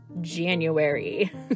January